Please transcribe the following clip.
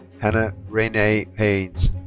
hannah renee haynes.